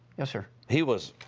yes sir. he was.